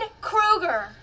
Krueger